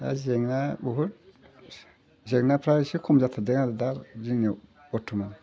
दा जेंना बहुत जेंनाफोरा इसे खम जाथारदों आरो दा जोंनियाव बर्थ'मान